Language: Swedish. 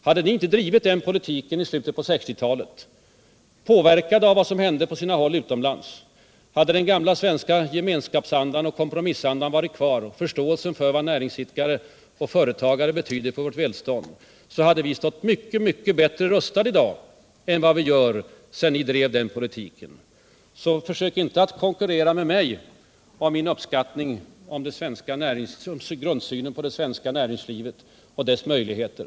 Hade ni inte drivit den politiken i slutet på 1960-talet, påverkade av vad som hände på sina håll utomlands, hade den gamla svenska gemenskapsandan och kompromissandan varit kvar, liksom förståelsen för vad näringsidkare och företagare betydde för vårt välstånd, då hade vi stått mycket bättre rustade i dag än vad vi gör, sedan ni drivit den politiken. Försök inte att konkurrera med mig i fråga om grundsynen på det svenska näringslivet och dess möjligheter.